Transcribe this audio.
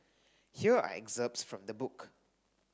here are excerpts from the book